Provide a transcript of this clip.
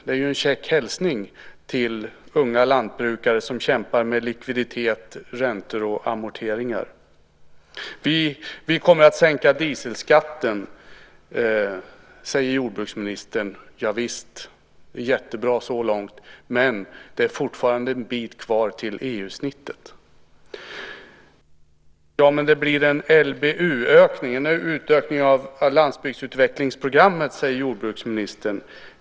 Det är en käck hälsning till unga lantbrukare som kämpar med likviditet, räntor och amorteringar. Vi kommer att sänka dieselskatten, säger jordbruksministern. Ja visst, det är jättebra så långt. Men det är fortfarande en bit kvar till EU-snittet. Ja, men det blir en LBU-ökning, en utökning av landsbygdsutvecklingsprogrammet, säger jordbruksministern.